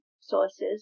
sources